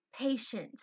patience